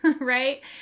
right